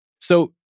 So-